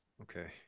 okay